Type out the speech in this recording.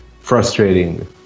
frustrating